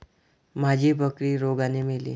माझी बकरी रोगाने मेली